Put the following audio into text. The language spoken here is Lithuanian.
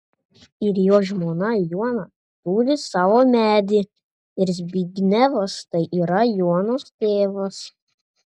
ir jo žmona joana turi savo medį ir zbignevas tai yra joanos tėvas